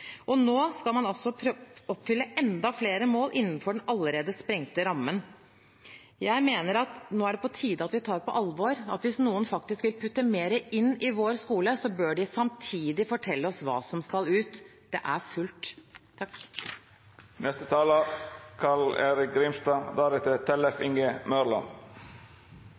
viktig. Nå skal man altså oppfylle enda flere mål innenfor den allerede sprengte rammen. Jeg mener det nå er på tide at vi tar på alvor at hvis noen vil putte mer inn i vår skole, bør de samtidig fortelle oss hva som skal ut. Det er fullt.